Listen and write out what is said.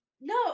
No